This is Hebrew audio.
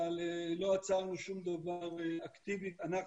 אבל לא עצרנו שום דבר אקטיבי, אנחנו,